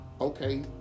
okay